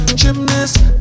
gymnast